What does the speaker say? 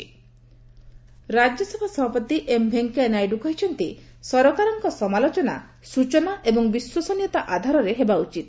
M Venkaiah Naidu Rajya Sabha ସଭାପତି M Venkaiah Naidu କହିଛନ୍ତି ସରକାରଙ୍କ ସମାଲୋଚନା ସୂଚନା ଏବଂ ବିଶ୍ୱସନୀୟତା ଆଧାରରେ ହେବା ଉଚିତ